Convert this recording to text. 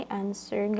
answer